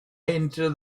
into